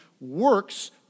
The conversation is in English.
works